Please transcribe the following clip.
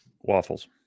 Waffles